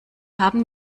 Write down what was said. haben